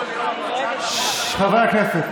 ששש, חברי הכנסת.